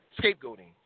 Scapegoating